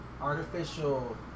artificial